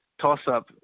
toss-up